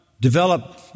develop